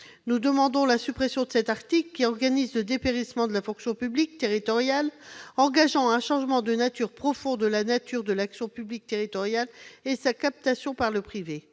Nous demandons la suppression de cet article, qui organise le dépérissement de la fonction publique territoriale, engageant un changement profond de la nature de l'action publique territoriale et sa captation par le privé.